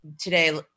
today